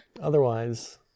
otherwise